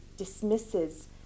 dismisses